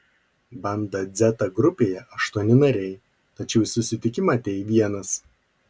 banda dzeta grupėje aštuoni nariai tačiau į susitikimą atėjai vienas